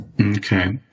Okay